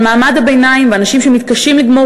על מעמד הביניים ואנשים שמתקשים לגמור